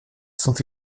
sont